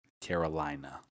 Carolina